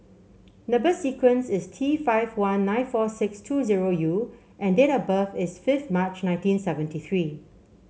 number sequence is T five one nine four six two zero U and date of birth is fifth March nineteen seventy three